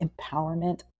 empowerment